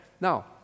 now